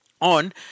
on